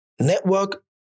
Network